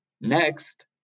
next